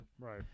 Right